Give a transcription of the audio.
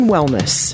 Wellness